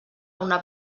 una